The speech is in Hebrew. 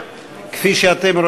זה צריך